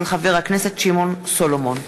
בהצעת חבר הכנסת שמעון סולומון בנושא: